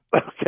Okay